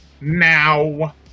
now